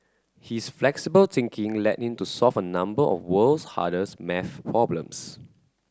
his flexible thinking led him to solve a number of world's hardest maths problems